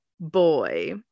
boy